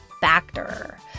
Factor